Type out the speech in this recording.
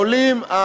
לעולים,